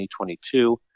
2022